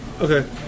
okay